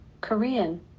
Korean